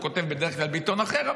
הוא כותב בדרך כלל בעיתון אחר,